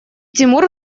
тимур